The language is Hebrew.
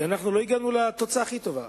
אנחנו לא הגענו לתוצאה הכי טובה.